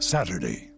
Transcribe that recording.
Saturday